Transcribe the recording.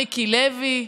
מיקי לוי,